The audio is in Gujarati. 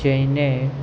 જઈને